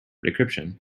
decryption